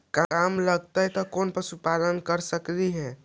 कम लागत में कौन पशुपालन कर सकली हे?